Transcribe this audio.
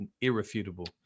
irrefutable